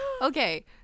okay